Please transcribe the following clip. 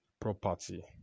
property